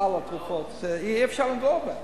סל התרופות, אי-אפשר לגעת בהם.